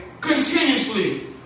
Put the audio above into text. continuously